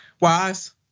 Wise